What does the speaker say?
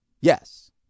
Yes